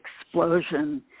explosion